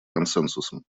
консенсусом